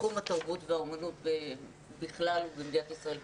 תחום התרבות והאומנות בכלל ובישראל בפרט.